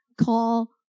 call